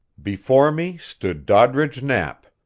before me stood doddridge knapp,